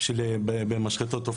אתה טועה.